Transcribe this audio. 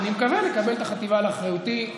אני מקווה לקבל את החטיבה לאחריותי.